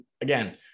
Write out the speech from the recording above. again